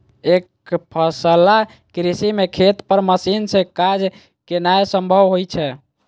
एकफसला कृषि मे खेत पर मशीन सं काज केनाय संभव होइ छै